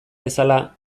bezala